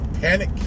panic